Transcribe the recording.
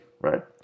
right